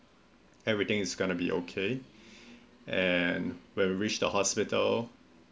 every things is gonna be okay and when reach the hospital